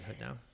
now